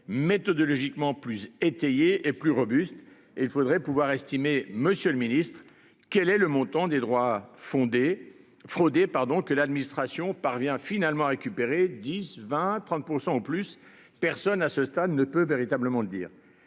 méthodologiquement plus étayée et plus robuste et il faudrait pouvoir estimer, Monsieur le Ministre, quel est le montant des droits fondés frauder pardon que l'administration parvient finalement récupérer 10, 20 30 % plus personne à ce stade ne peut véritablement dire